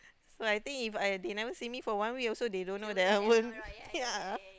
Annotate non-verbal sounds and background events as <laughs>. so I think If I they never send me for one week also they don't know that I won't <laughs> ya